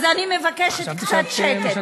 אז אני מבקשת קצת שקט.